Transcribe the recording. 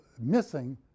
missing